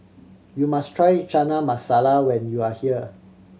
you must try Chana Masala when you are here